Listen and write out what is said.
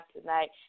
tonight